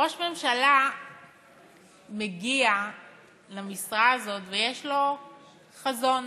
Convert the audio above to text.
ראש ממשלה מגיע למשרה הזאת ויש לו חזון